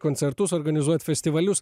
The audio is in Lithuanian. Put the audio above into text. koncertus organizuot festivalius